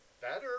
better